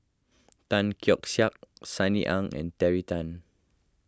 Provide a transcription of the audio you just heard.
Tan Keong Saik Sunny Ang and Terry Tan